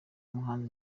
umuhanzi